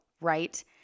right